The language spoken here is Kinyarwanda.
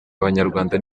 abanyarwanda